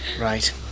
Right